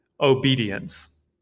obedience